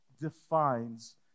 defines